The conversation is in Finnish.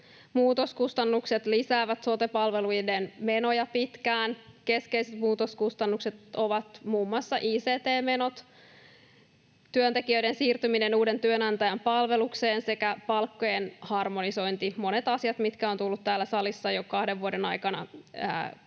Muutoskustannukset lisäävät sote-palveluiden menoja pitkään. Keskeiset muutoskustannukset ovat muun muassa ict-menot, työntekijöiden siirtyminen uuden työnantajan palvelukseen sekä palkkojen harmonisointi — monet asiat, mitkä ovat tulleet täällä salissa jo kahden vuoden aikana keskeisesti